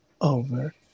over